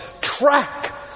track